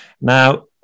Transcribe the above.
Now